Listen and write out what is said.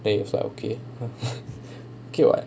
then he was like okay okay [what]